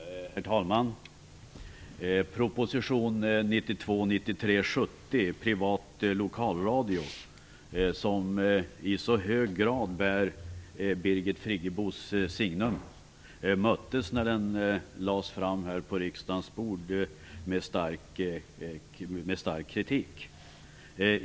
Herr talman! Proposition 1992/93:70, om privat lokalradio, bär i hög grad Birgit Friggebos signum. Den möttes när den lades på riksdagens bord med stark kritik.